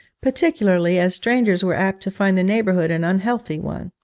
particularly as strangers were apt to find the neighbourhood an unhealthy one.